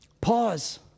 Pause